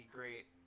great